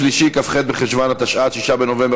ההצעה להעביר את הצעת חוק לתיקון פקודת